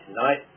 tonight